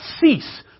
cease